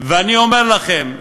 ואני אומר לכם,